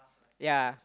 ya